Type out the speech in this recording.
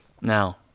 now